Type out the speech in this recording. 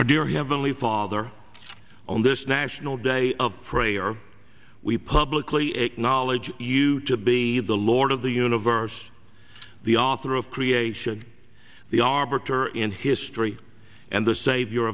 our dear heavenly father on this national day of prayer we publicly acknowledge you to be the lord of the universe the author of creation the arbiter in history and the savior